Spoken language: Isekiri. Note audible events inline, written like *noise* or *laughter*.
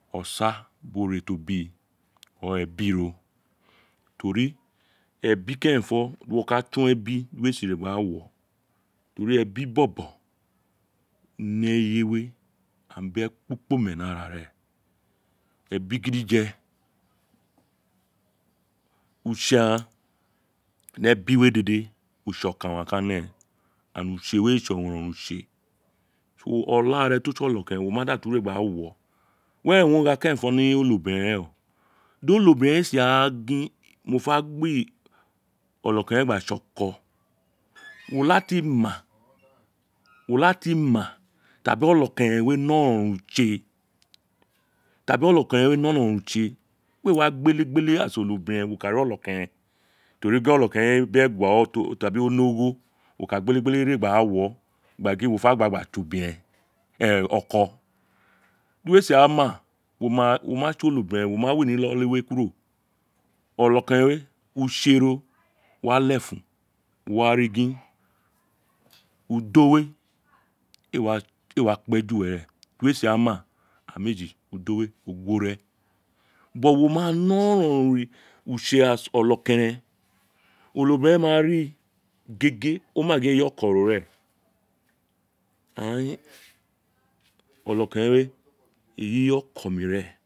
Osa bi ore to bi *unintelligible* ebi ro to ri ebi kerenfo di wo ka tson ebi di wo ka tson ebi di uwo ee si re gba wo to ri ebi bobo ni eyewe aghan bi ekpik pome, ni ara ren *unintelligible* ebi gidiye utse okan owun aghaan ka ne *unintelligible* utse tsi onokeren wo utse *unintelligible* okre ti o tsi onokeren wo ma da tu re gba wo were kerenfo o gha ni onobiren reen o di onobiren ee si wa gin mofe gbi onokeren we gba tse oko wo *noise* tati ma *noise* wo la ti ma ta bi onokeren we ne oronron utse ta bi onokeren we ne oron ron utse we wa gbele gbele *unintelligible* onobiren wo ma ri onokeren to ri gin onokeren we bí eguwe *unintelligible* gin o ne ogho wo ka gbele gbele ore gba wo gba gin wo fe re gba gba tse obiren ee oko di uwo ee sin ra ma wo ma wo ma tse onobiren wo ma we ino ilolo we kuro onokeren utse ro wa lefun wa re gin *noise* udo we ee wa kpe ju were di uwo ee si wa ma aghaan meji ven we o gi wo reen *unintelligible* wo ma ne oron ron utse *unintelligible* onokeren onobiren ma ri gen gin o ina gin, eyi oko oni ren ai in onokeren we eyi oko mi reen.